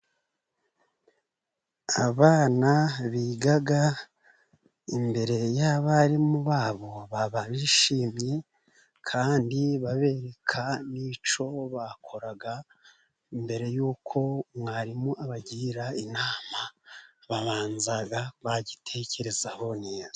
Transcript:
Abana biga imbere y'abarimu babo bishimye, kandi babereka n'icyo bakoraga mbere y'uko mwarimu abagira inama. Babanza bagitekerezaho neza.